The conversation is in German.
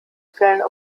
fällen